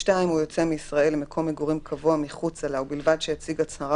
(2) הוא יוצא מישראל למקום מגורים קבוע מחוצה לה ובלבד שהציג הצהרה